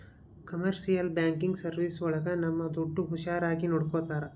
commercial banking service ಒಳಗ ನಮ್ ದುಡ್ಡು ಹುಷಾರಾಗಿ ನೋಡ್ಕೋತರ